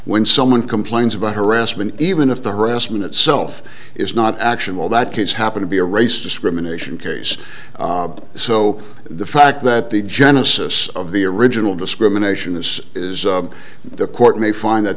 when someone complains about harassment even if the harassment itself is not actionable that kids happen to be a race discrimination case so the fact that the genesis of the original discrimination this is the court may find that